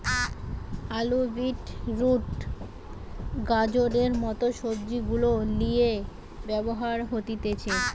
আলু, beetroot, গাজরের মত সবজি গুলার লিয়ে ব্যবহার হতিছে